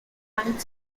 and